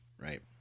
right